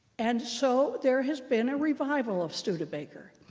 and so there has been a revival of studebaker.